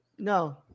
No